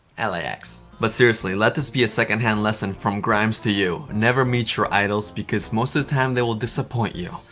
lax. but seriously, let this be a secondhand lesson from grimes to you never meet your idols because most of the time they will disappoint you.